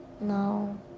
No